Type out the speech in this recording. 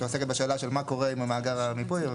שעוסקת בשאלה מה קורה עם המאגר המיפוי.